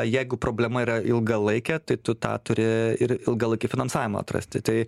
jeigu problema yra ilgalaikė tai tu tą turi ir ilgalaikį finansavimą atrasti tai